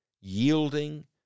yielding